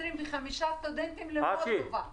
225 סטודנטים למולדובה במידי.